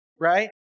right